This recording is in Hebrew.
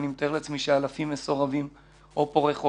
אני מתאר לעצמי שאלפים מסורבים או פורעי חוק.